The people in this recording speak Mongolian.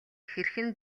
хэрхэн